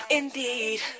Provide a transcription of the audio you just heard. indeed